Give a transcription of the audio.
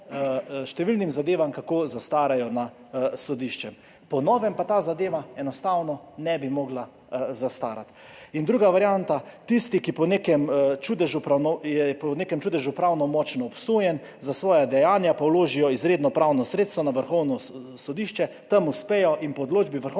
številnim zadevam, kako zastarajo na sodišču, po novem pa ta zadeva enostavno ne bi mogla zastarati. In druga varianta, tisti, ki so po nekem čudežu pravnomočno obsojeni, pa za svoja dejanja vložijo izredno pravno sredstvo na Vrhovno sodišče, tam uspejo in po odločbi Vrhovnega